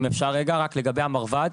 לגבי המרב"ד,